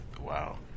Wow